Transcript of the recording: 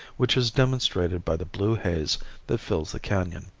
which is demonstrated by the blue haze that fills the canon.